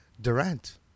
Durant